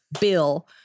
Bill